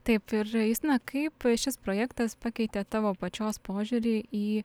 taip ir justina kaip šis projektas pakeitė tavo pačios požiūrį į